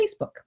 Facebook